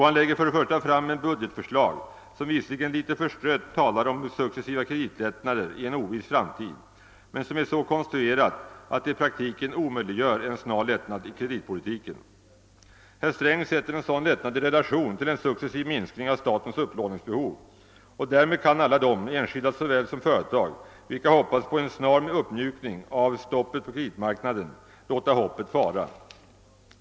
Han lägger fram ett budgetförslag, som visserligen litet förstött talar om successiva kreditlättnader i en oviss framtid men som är så konstruerat att det i praktiken omöjliggör en snar lättnad i kreditpolitiken. Herr Sträng sätter en sådan lättnad i relation till en successiv minskning av statens upplåningsbehov, och därmed kan alla enskilda såväl som företag, vilka hoppats på en snar uppmjukning av stoppet på kreditmarknaden, låta hoppet fara.